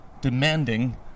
demanding